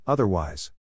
Otherwise